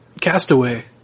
Castaway